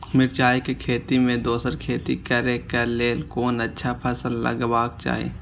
मिरचाई के खेती मे दोसर खेती करे क लेल कोन अच्छा फसल लगवाक चाहिँ?